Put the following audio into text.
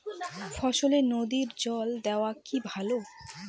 ফসলে নদীর জল দেওয়া কি ভাল?